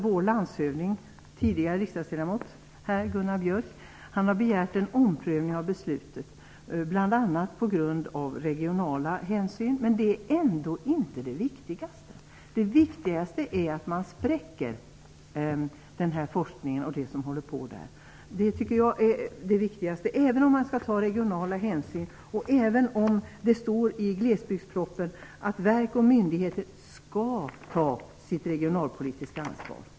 Vår landshövding, tidigare riksdagsledamoten, Gunnar Björk har begärt en omprövning av beslutet, bl.a. på grund av regionala hänsyn. Men det är ändå inte det viktigaste. Det viktigaste är att man kommer att spräcka den här forskningen. Det är viktigast - även om man skall ta regionala hänsyn och även om det står i glesbygdspropositionen att verk och myndigheter skall ta sitt regionalpolitiska ansvar.